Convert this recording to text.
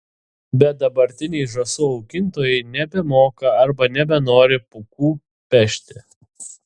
bet dabartiniai žąsų augintojai nebemoka arba nebenori pūkų pešti